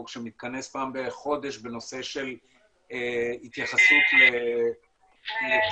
שמתכנס פעם בחודש בנושא של התייחסות לתכנים